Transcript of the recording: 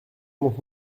donc